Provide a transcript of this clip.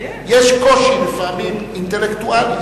יש קושי לפעמים, אינטלקטואלי.